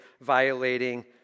violating